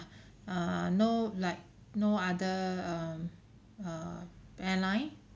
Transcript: err no like no other um uh airline